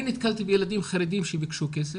אני נתקלתי בילדים חרדים שביקשו כסף,